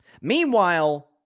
Meanwhile